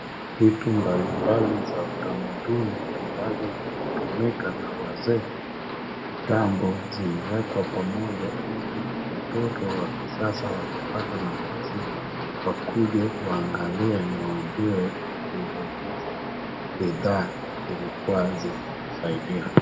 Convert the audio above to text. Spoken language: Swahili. Vitu mbalimbali za utamanduni ambazo zilitumika na wazee kitambo zimewekwa pamoja, ili watoto wakisasa wakipata nafasi wakuje waangalie na wajue vile hizi bidhaa zilikua zikitusaidia.